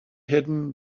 hidden